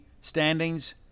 standings